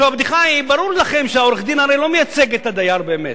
הבדיחה היא: ברור לכם שעורך-הדין הרי לא מייצג את הדייר באמת,